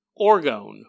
orgone